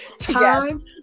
time